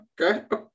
okay